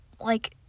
like-